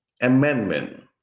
Amendment